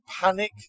panic